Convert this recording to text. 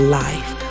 life